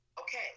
Okay